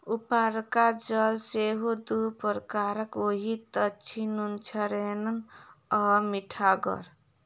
उपरका जल सेहो दू प्रकारक होइत अछि, नुनछड़ैन आ मीठगर